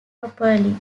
properly